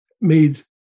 made